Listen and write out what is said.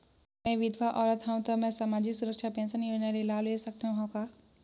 मैं विधवा औरत हवं त मै समाजिक सुरक्षा पेंशन योजना ले लाभ ले सकथे हव का?